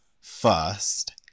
first